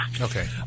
Okay